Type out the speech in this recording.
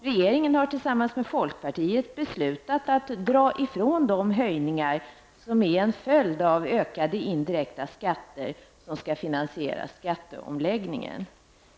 Regeringen har tillsammans med folkpartiet beslutat att dra ifrån de höjningar som är en följd av ökade indirekta skatter som skall finansiera skatteomläggningen.